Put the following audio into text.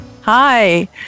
Hi